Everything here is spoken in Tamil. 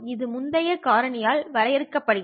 இது முந்தைய காரணி ஆல் வரையறுக்கப்பட்டது